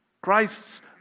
Christ's